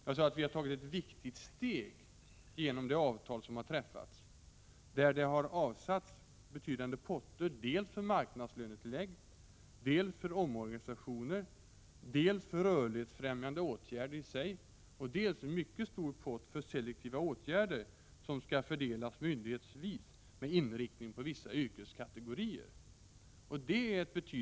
Jag sade att det har tagits ett betydande steg med det avtal som har träffats, där det har avsatts betydande potter dels för marknadslönetillägg, dels för omorganisationer, dels för rörlighetsfrämjande åtgärder i sig, dels och framför allt för selektiva åtgärder som skall fördelas myndighetsvis med inriktning på vissa yrkeskategorier.